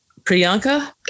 Priyanka